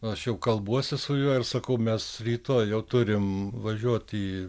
aš jau kalbuosi su juo ir sakau mes rytoj jau turim važiuot į